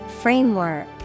Framework